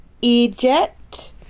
Egypt